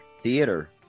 Theater